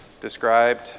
described